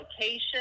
location